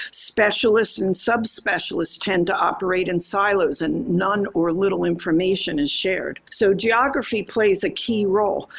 specialists and subspecialists tend to operate in silos and none or little information is shared. so geography plays a key role,